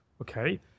okay